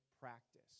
practice